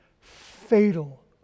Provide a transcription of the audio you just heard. Fatal